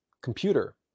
computer